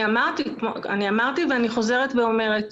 אני אמרתי ואני חוזרת ואומרת.